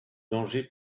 danger